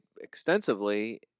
extensively